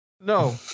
No